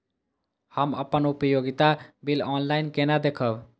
हम अपन उपयोगिता बिल ऑनलाइन केना देखब?